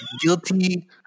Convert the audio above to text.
Guilty